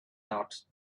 out